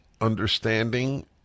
understanding